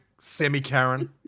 semi-Karen